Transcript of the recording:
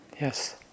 Yes